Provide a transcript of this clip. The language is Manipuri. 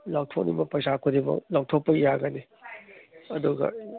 ꯂꯧꯊꯣꯛꯅꯤꯡꯕ ꯄꯩꯁꯥ ꯈꯨꯗꯤꯡꯃꯛ ꯂꯧꯊꯣꯛꯄ ꯌꯥꯒꯅꯤ ꯑꯗꯨꯒ